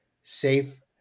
safe